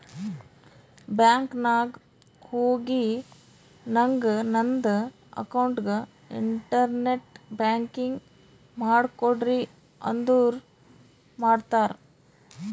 bank ನಾಗ್ ಹೋಗಿ ನಂಗ್ ನಂದ ಅಕೌಂಟ್ಗ ಇಂಟರ್ನೆಟ್ ಬ್ಯಾಂಕಿಂಗ್ ಮಾಡ್ ಕೊಡ್ರಿ ಅಂದುರ್ ಮಾಡ್ತಾರ್